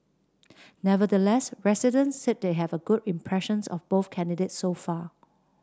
nevertheless residents said they have good impressions of both candidates so far